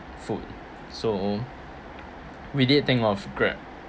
food so we did think of Grab